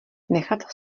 nechat